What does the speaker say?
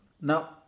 now